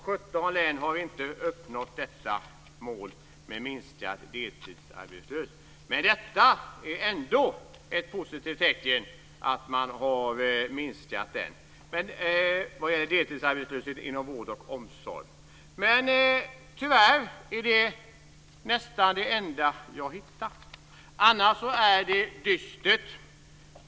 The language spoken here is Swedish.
17 län har inte uppnått detta mål. Men det här är ändå ett positivt tecken. Tyvärr är det dock nästan det enda jag hittar. Annars är det dystert.